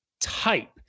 type